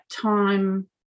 time